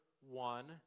one